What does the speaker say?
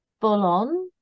full-on